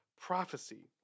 prophecy